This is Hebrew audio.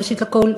ראשית לכול,